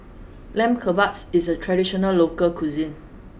Lamb Kebabs is a traditional local cuisine